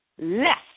less